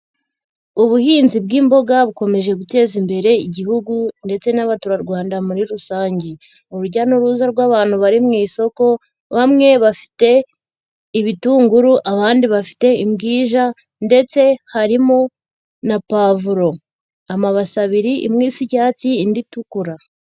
Ubuhinzi bw'imboga bukomeje guteza imbere Igihugu ndetse n'Abaturarwanda muri rusange. Urujya n'uruza rw'abantu bari mu isoko, bamwe bafite ibitunguru, abandi bafite imbwija, ndetse harimo na pavuro. Amabase abiri imwe isa icyatsi indi itukura.